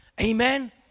Amen